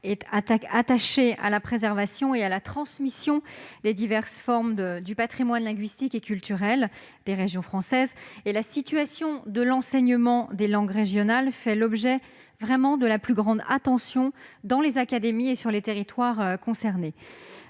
est attaché à la préservation et à la transmission des diverses formes du patrimoine linguistique et culturel des régions françaises. La situation de l'enseignement des langues régionales fait l'objet de la plus grande attention dans les académies et dans les territoires concernés.